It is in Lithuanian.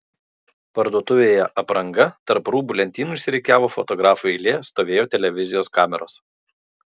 parduotuvėje apranga tarp rūbų lentynų išsirikiavo fotografų eilė stovėjo televizijos kameros